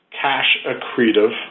cash-accretive